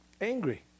angry